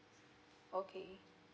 okay